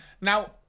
Now